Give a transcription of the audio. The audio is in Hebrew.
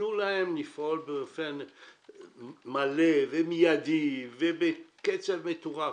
תתנו להם לפעול באופן מלא, מיידי, בקצב מטורף.